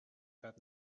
had